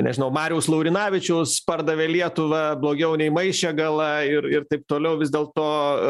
nežinau mariaus laurinavičiaus pardavė lietuvą blogiau nei maišiagalą ir ir taip toliau vis dėlto